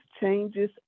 changes